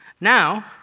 now